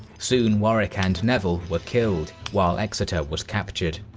soon warwick and neville were killed, while exeter was captured.